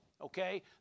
okay